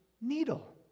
needle